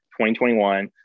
2021